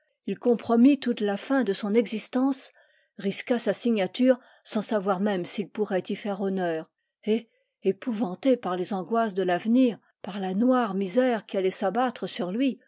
ii compromit toute la fin de son existence risqua sa signature sans savoir même s'il pourrait y faire honneur et épouvanté par les angoisses de l'avenir par la noire misère qui allait s'abattre sur lui